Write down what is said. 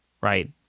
right